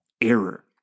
error